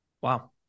Wow